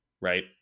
right